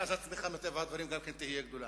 ואז הצמיחה מטבע הדברים גם היא תהיה יותר גדולה.